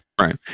right